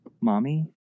Mommy